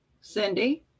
Cindy